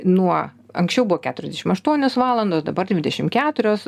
nuo ankščiau buvo keturiasdešimt aštuonios valandos dabar dvidešimt keturios